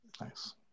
Nice